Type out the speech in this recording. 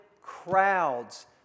crowds